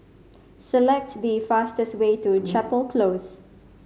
select the fastest way to Chapel Close